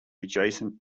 adjacent